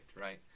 right